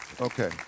Okay